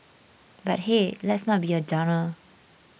but hey let's not be a downer